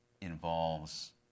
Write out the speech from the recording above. involves